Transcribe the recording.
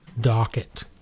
docket